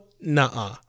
nah